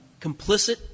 complicit